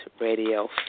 radio